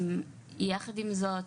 יחד עם זאת,